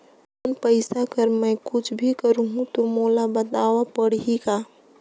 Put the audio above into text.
Loan पइसा कर मै कुछ भी करहु तो मोला बताव पड़ही का?